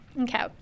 Okay